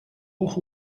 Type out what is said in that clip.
who